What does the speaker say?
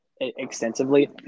extensively